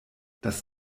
das